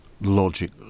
logic